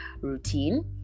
routine